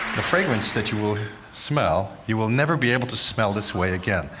the fragrance that you will smell, you will never be able to smell this way again.